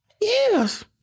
Yes